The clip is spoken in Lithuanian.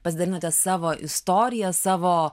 pasidalinote savo istorija savo